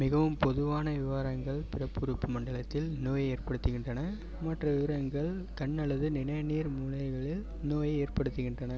மிகவும் பொதுவான விவரங்கள் பிறப்புறுப்பு மண்டலத்தில் நோயை ஏற்படுத்துகின்றன மற்ற விவரங்கள் கண் அல்லது நிணநீர் மூலைகளில் நோயை ஏற்படுத்துகின்றன